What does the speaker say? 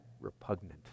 repugnant